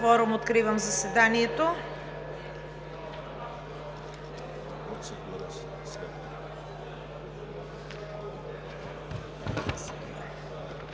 Закривам заседанието.